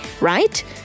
right